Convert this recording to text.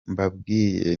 mbabwiye